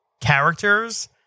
characters